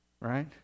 right